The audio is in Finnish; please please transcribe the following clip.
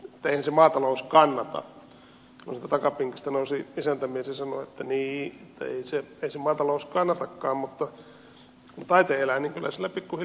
no sieltä takapenkistä nousi isäntämies ja sanoi että niin ei se maatalous kannatakaan mutta kun taiten elää niin kyllä sillä pikkuhiljaa rikastuu